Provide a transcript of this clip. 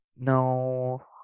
No